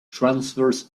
transverse